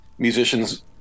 musicians